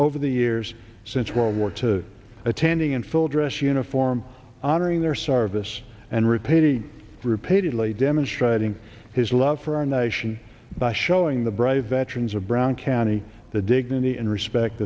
over the years since world war to attending in full dress uniform honoring their service and repeatedly repeatedly demonstrating his love for our nation by showing the brave veterans of brown county the dignity and respect